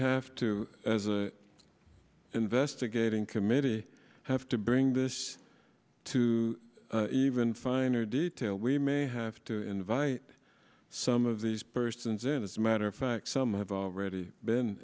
have to as an investigating committee have to bring this to even finer detail we may have to invite some of these persons in as a matter of fact some have already been